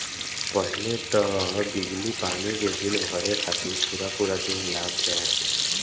पहिले तअ बिजली पानी के बिल भरे खातिर पूरा पूरा दिन लाग जाए